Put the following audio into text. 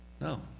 No